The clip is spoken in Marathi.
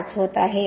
5 होत आहे